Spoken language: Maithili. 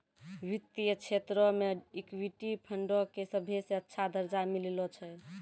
वित्तीय क्षेत्रो मे इक्विटी फंडो के सभ्भे से अच्छा दरजा मिललो छै